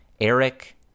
Eric